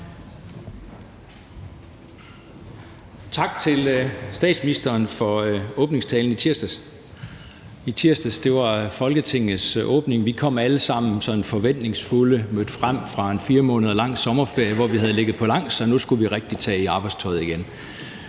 Tak til statsministeren for åbningstalen i tirsdags. I tirsdags åbnede Folketinget, og vi kom alle sammen forventningsfulde, mødte frem fra en 4 måneder lang sommerferie, hvor vi havde ligget på langs, og nu skulle vi rigtig i arbejdstøjet igen.